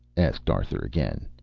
asked arthur again.